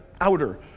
outer